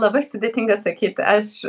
labai sudėtinga sakyt aš